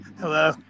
Hello